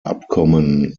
abkommen